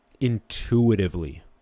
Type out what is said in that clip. intuitively